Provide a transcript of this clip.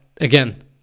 again